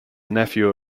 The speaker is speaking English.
nephew